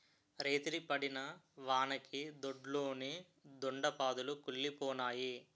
రేతిరి పడిన వానకి దొడ్లోని దొండ పాదులు కుల్లిపోనాయి